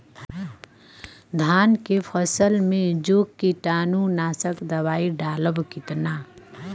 धान के फसल मे जो कीटानु नाशक दवाई डालब कितना?